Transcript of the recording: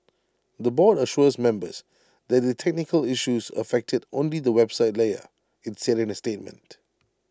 the board assures members that the technical issues affected only the website layer IT said in A statement